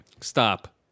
Stop